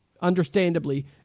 Understandably